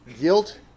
guilt